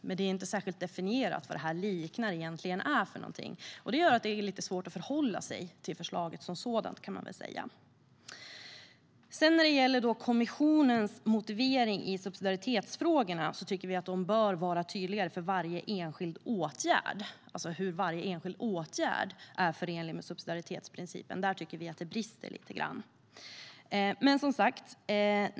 Det är dock inte särskilt definierat vad det här "liknar" egentligen är. Det gör att det är lite svårt att förhålla sig till förslaget som sådant, kan man väl säga. När det sedan gäller kommissionens motivering i subsidiaritetsfrågorna tycker vi att den bör vara tydligare för varje enskild åtgärd, det vill säga hur varje enskild åtgärd är förenlig med subsidiaritetsprincipen. Där tycker vi att det brister lite grann.